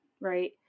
right